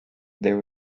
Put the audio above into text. there